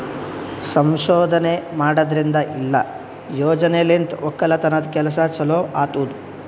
ಸಂಶೋಧನೆ ಮಾಡದ್ರಿಂದ ಇಲ್ಲಾ ಯೋಜನೆಲಿಂತ್ ಒಕ್ಕಲತನದ್ ಕೆಲಸ ಚಲೋ ಆತ್ತುದ್